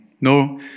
No